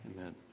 amen